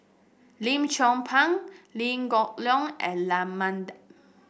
Lim Chong Pang Liew Geok Leong and Raman Daud